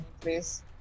Please